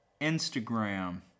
Instagram